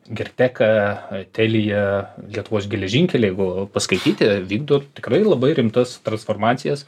girteka telija lietuvos geležinkeliai jeigu paskaityti vykdo tikrai labai rimtas transformacijas